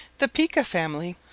the pika family,